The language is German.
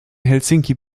helsinki